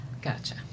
Gotcha